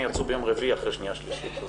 ויצאו ביום רביעי אחרי שנייה ושלישית.